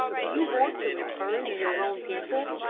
do you want to return to your own people?